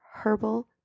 Herbal